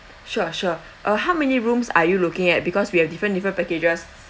sure sure uh how many rooms are you looking at because we have different different packages